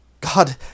God